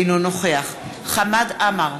אינו נוכח חמד עמאר,